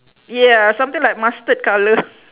yeah something like mustard colour